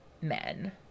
men